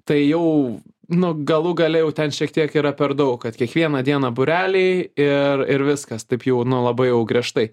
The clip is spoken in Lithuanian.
tai jau nu galų gale jau ten šiek tiek yra per daug kad kiekvieną dieną būreliai ir ir viskas taip jau nu labai jau griežtai